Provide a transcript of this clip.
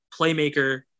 playmaker